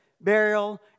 burial